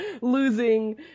losing